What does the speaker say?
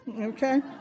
okay